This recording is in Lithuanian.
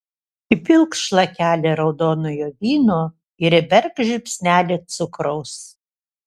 įpilk šlakelį raudonojo vyno ir įberk žiupsnelį cukraus